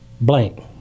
blank